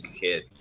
kid